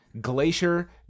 Glacier